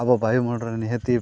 ᱟᱵᱚ ᱵᱟᱭᱩᱢᱚᱱᱰᱚᱞ ᱨᱮ ᱱᱤᱦᱟᱹᱛᱤ